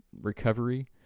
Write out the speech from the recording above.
recovery